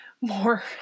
More